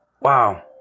wow